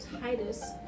Titus